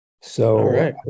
So-